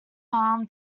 farm